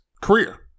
career